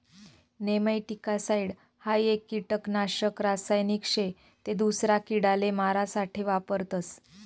nematicide हाई एक किडानाशक रासायनिक शे ते दूसरा किडाले मारा साठे वापरतस